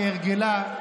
כהרגלה,